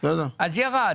אז ירד.